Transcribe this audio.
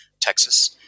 texas